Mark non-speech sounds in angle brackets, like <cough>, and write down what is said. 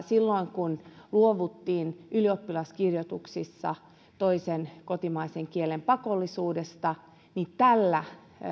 <unintelligible> silloin kun luovuttiin ylioppilaskirjoituksissa toisen kotimaisen kielen pakollisuudesta tällä